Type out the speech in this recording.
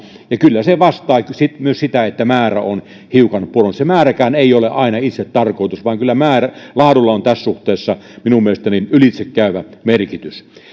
ja kyllä se vastaa myös sitä että määrä on hiukan pudonnut se määräkään ei ole aina itsetarkoitus vaan kyllä laadulla on tässä suhteessa minun mielestäni ylitsekäyvä merkitys